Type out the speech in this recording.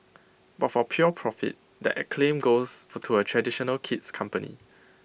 but for pure profit that acclaim goes for to A traditional kid's company